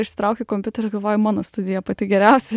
išsitrauki kompiuterį galvoji mano studija pati geriausia